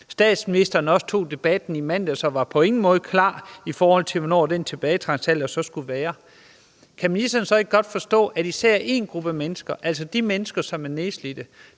Statsministeren tog også debatten i mandags og var på ingen måde klar i mælet, i forhold til hvad den tilbagetrækningsalder skal være. Kan ministeren så ikke godt forstå, at især én gruppe mennesker, altså de mennesker, som er nedslidte,